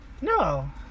No